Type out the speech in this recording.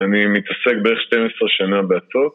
אני מתעסק בערך 12 שנה באצות